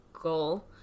goal